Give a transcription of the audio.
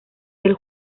del